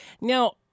Now